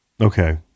Okay